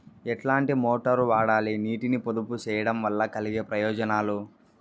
ఎట్లాంటి మోటారు వాడాలి, నీటిని పొదుపు సేయడం వల్ల కలిగే ప్రయోజనాలు?